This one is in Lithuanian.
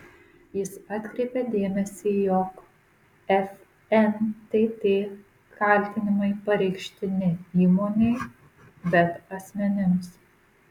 jis atkreipia dėmesį jog fntt kaltinimai pareikšti ne įmonei bet asmenims